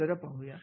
हे पाहूया